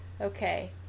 okay